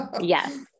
Yes